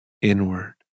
inward